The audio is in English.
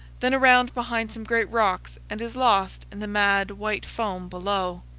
then around behind some great rocks, and is lost in the mad, white foam below.